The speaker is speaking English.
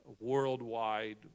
worldwide